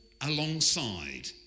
alongside